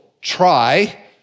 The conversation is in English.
try